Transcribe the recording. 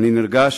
אני נרגש,